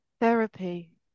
therapy